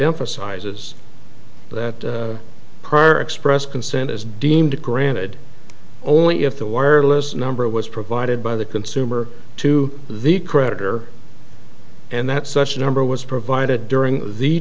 emphasizes that prior express consent is deemed granted only if the wireless number was provided by the consumer to the creditor and that such a number was provided during the